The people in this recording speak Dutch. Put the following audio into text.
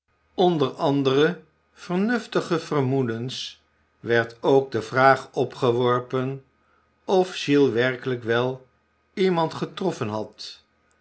onder andere vernuftige vermoedens werd ook de vraag opgeworpen of giles werkelijk wel iemand getroffen had